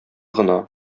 гына